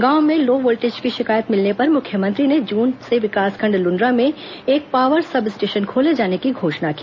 गांव में low voltage की शिकायत मिलने पर मुख्यमंत्री ने जून से विकासखंड लुंड्रा में एक पावर सब स्टेशन खोले जाने की घोषणा की